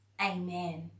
amen